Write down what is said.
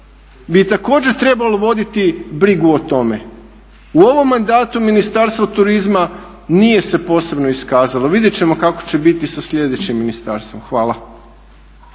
bi također trebalo voditi brigu o tome. U ovom mandatu Ministarstvo turizma nije se posebno iskazalo, vidjet ćemo kako će biti sa sljedećim ministarstvom. Hvala.